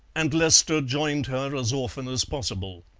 and lester joined her as often as possible.